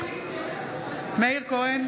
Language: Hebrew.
מאיר כהן,